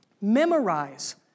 Memorize